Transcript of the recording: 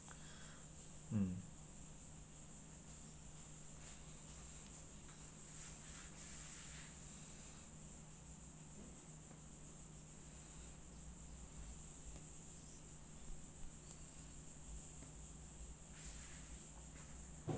mm